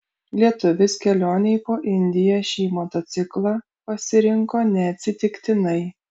lietuvis kelionei po indiją šį motociklą pasirinko neatsitiktinai